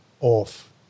off